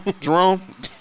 Jerome